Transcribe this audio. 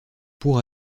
pour